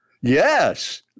Yes